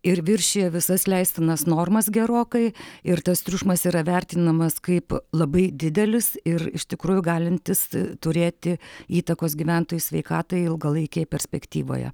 ir viršija visas leistinas normas gerokai ir tas triukšmas yra vertinamas kaip labai didelis ir iš tikrųjų galintis turėti įtakos gyventojų sveikatai ilgalaikėje perspektyvoje